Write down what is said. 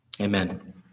Amen